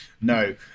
No